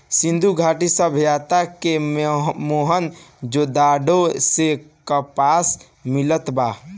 सिंधु घाटी सभ्यता के मोहन जोदड़ो से कपास मिलल बा